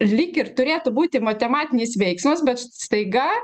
lyg ir turėtų būti matematinis veiksmas bet staiga